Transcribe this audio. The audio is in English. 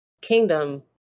kingdom